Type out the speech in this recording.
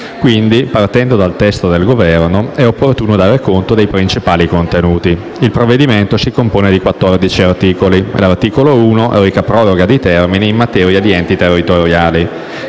Quindi, partendo dal testo del Governo, è opportuno dare conto dei principali contenuti. Il provvedimento si compone di 14 articoli. L'articolo 1 reca proroga di termini in materia di enti territoriali.